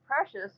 precious